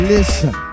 Listen